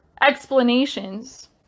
explanations